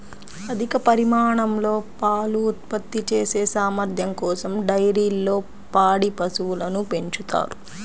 అధిక పరిమాణంలో పాలు ఉత్పత్తి చేసే సామర్థ్యం కోసం డైరీల్లో పాడి పశువులను పెంచుతారు